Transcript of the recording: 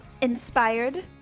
Inspired